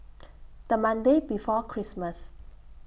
The Monday before Christmas